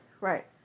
Right